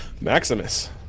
Maximus